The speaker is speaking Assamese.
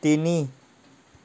তিনি